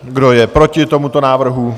Kdo je proti tomuto návrhu?